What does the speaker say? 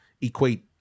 equate